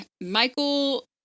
Michael